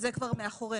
זה כבר מאחורינו,